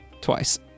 twice